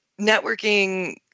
Networking